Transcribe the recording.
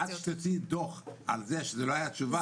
את תוציאי דין וחשבון על זה שלא היתה תשובה,